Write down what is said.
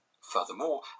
Furthermore